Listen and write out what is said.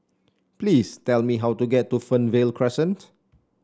please tell me how to get to Fernvale Crescent